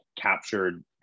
captured